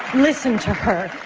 listen to her.